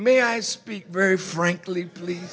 may i speak very frankly please